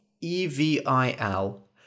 E-V-I-L